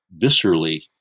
viscerally